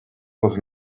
was